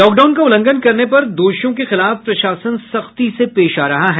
lockdown का उल्लंघन करने पर दोषियों के खिलाफ प्रशासन सख्ती से पेश आ रहा है